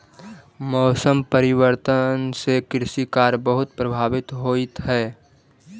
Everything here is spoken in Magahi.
मौसम परिवर्तन से कृषि कार्य बहुत प्रभावित होइत हई